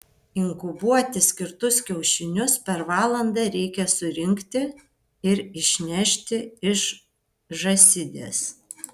inkubuoti skirtus kiaušinius per valandą reikia surinkti ir išnešti iš žąsidės